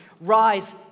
Rise